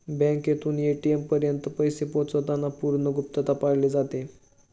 बँकेतून ए.टी.एम पर्यंत पैसे पोहोचवताना पूर्ण गुप्तता पाळली जाते